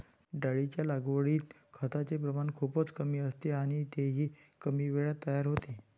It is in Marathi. डाळींच्या लागवडीत खताचे प्रमाण खूपच कमी असते आणि तेही कमी वेळात तयार होते